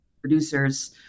producers